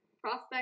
prospect